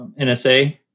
NSA